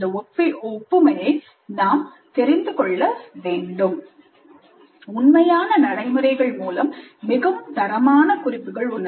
உண்மையான நடைமுறைகள் மூலம்உண்மையான நடைமுறைகள் மூலம் கிடைத்த அனுபவ தரவுகள் மூலம் மற்றும் நேரடி கற்பித்தல் அணுகுமுறை மாதிரியை செயல்படுத்துவதன் மூலமாகவும் மிகவும் தரமான குறிப்புகள் உள்ளன